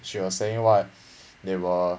she was saying what they were